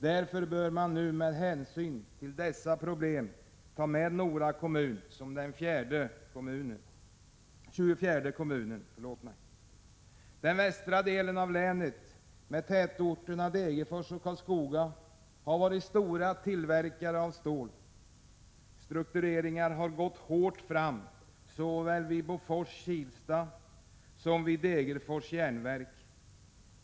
Därför bör man nu med hänsyn till dessa problem ta med Nora kommun som den 24:e kommunen. Den västra delen av länet med tätorterna Degerfors och Karlskoga har haft mycket stor tillverkning av stål. Struktureringarna har här gått hårt fram såväl vid Bofors Kileta som vid Degerfors Järnverk.